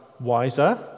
wiser